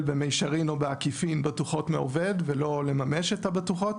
במישרין או בעקיפין בטוחות מהעובד ולא למשש את הבטוחות